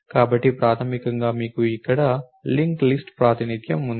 కాబట్టి ప్రాథమికంగా మీకు ఇక్కడ లింక్ లిస్ట్ ప్రాతినిధ్యం ఉంది